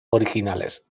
originales